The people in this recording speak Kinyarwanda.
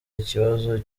ikibazo